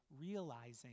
realizing